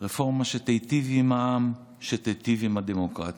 רפורמה שתיטיב עם העם, שתיטיב עם הדמוקרטיה.